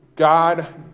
God